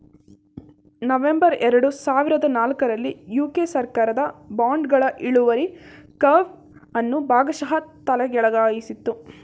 November ಎರಡು ಸಾವಿರದ ನಾಲ್ಕು ರಲ್ಲಿ ಯು.ಕೆ ಸರ್ಕಾರದ ಬಾಂಡ್ಗಳ ಇಳುವರಿ ಕರ್ವ್ ಅನ್ನು ಭಾಗಶಃ ತಲೆಕೆಳಗಾಗಿಸಿತ್ತು